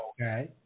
Okay